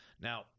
Now